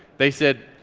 they said,